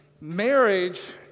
Marriage